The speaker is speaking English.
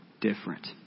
different